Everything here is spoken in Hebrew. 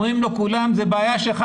אומרים לו כולם שזו בעיה שלך,